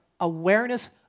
awareness